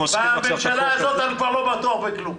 בממשלה הזאת אני כבר לא בטוח בכלום.